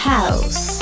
House